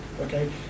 Okay